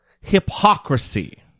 hypocrisy